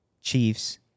Chiefs